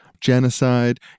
genocide